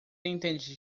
entende